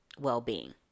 well-being